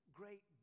great